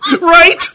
Right